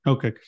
Okay